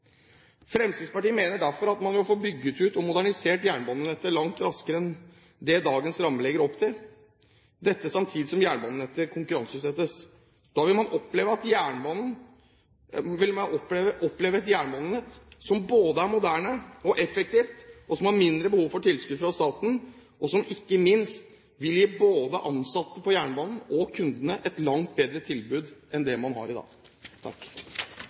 Fremskrittspartiet mener man må få bygd ut og modernisert jernbanenettet langt raskere enn det dagens rammer legger opp til, samtidig som jernbanenettet konkurranseutsettes. Da vil man oppleve et jernbanenett som er moderne og effektivt, som har mindre behov for tilskudd fra staten, og som ikke minst vil gi både ansatte i jernbanen og kundene et langt bedre tilbud enn det man har i dag.